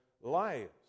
lives